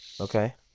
Okay